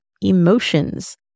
emotions